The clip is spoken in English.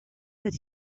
that